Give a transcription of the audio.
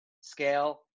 scale